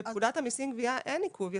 בפקודת המיסים גבייה אין עיכוב יציאה מן הארץ.